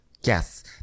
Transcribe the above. Yes